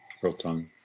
Proton